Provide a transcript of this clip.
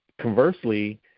conversely